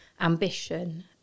ambition